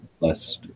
Less